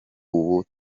ubu